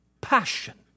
passion